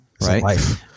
right